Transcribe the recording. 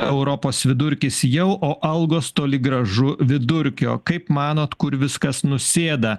europos vidurkis jau o algos toli gražu vidurkio kaip manot kur viskas nusėda